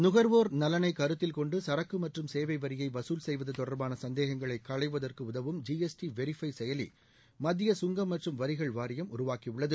நுகர்வோர் நலனைக் கருத்தில் கொண்டு சரக்கு மற்றும் சேவை வரியை வசூல் செய்வது தொடர்பான சந்தேகங்களை களைவதற்கு உதவும் ஜிஎஸ்டி வெரிஃவை செயலி மத்திய சுங்கம் மற்றும் வரிகள் வாரியம் உருவாக்கியுள்ளது